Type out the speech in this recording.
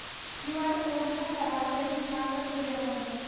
QR code हा खराब रही का करबो जमा बर?